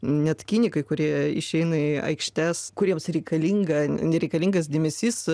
net kinikai kurie išeina į aikštes kuriems reikalinga nereikalingas dėmesys